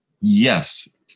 Yes